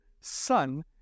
Son